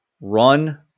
run